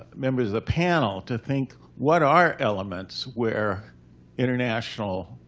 members of the panel to think, what are elements where international